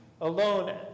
alone